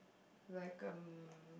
like um